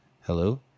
Hello